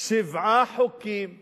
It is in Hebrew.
שבעה חוקים גזעניים,